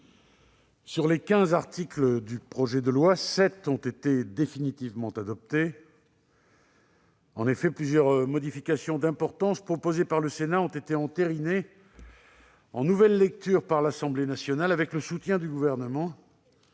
Sur les quinze articles de ce texte, sept ont été définitivement adoptés. En effet, plusieurs modifications d'importance proposées par le Sénat ont été entérinées en nouvelle lecture par l'Assemblée nationale avec le soutien du Gouvernement,